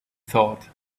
thought